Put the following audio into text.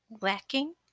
lacking